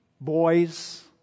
boys